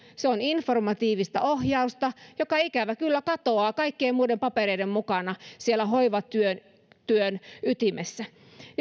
se on informatiivista ohjausta joka ikävä kyllä katoaa kaikkien muiden papereiden mukana siellä hoivatyön ytimessä